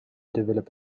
develop